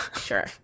sure